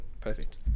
perfect